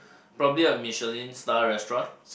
probably a Michelin star restaurant